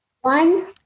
One